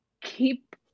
Keep